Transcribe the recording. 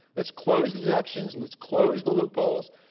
let's close the deductions, let's close the loopholes,